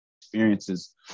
experiences